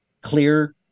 clear